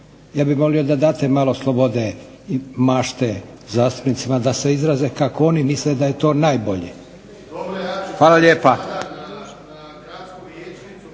Ja bih molio da date malo slobode i mašte zastupnicima da se izraze kako oni misle da je to najbolje. … /Upadica